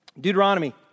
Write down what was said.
Deuteronomy